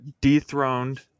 dethroned